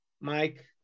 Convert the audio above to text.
Mike